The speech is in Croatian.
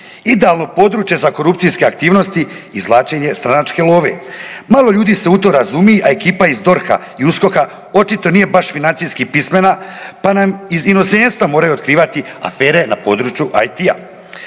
idealno područje za korupcijske aktivnosti i izvlačenje stranačke love. Malo ljudi se u to razumije a ekipa iz DORH-a i USKOK-a očito nije baš financijski pismena pa nam iz inozemstva moraju otkrivati afere na području IT-a.